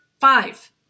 five